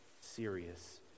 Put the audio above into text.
serious